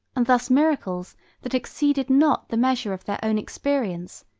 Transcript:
and thus miracles that exceeded not the measure of their own experience,